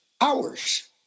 hours